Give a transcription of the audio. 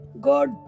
Good